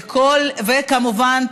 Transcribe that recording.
וכמובן,